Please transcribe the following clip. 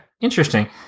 interesting